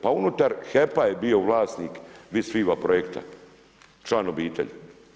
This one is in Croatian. Pa unutar HEP-a je bio vlasnik VisViva projekta, član obitelji.